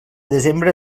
desembre